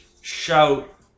shout